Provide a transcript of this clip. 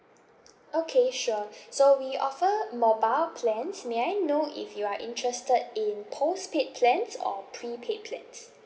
okay sure so we offer mobile plans may I know if you are interested in postpaid plans or prepaid plans